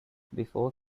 before